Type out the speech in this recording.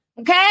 Okay